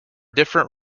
different